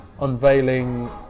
unveiling